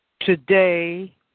today